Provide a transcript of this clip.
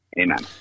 Amen